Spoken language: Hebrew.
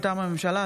מטעם הממשלה,